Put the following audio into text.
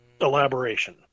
Elaboration